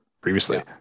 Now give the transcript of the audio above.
previously